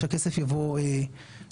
שהכסף יבוא לקהילה,